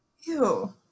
ew